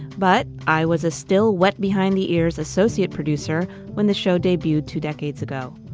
but i was a still wet behind the ears associate producer when the show debuted two decades ago.